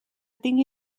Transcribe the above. tingui